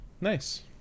Nice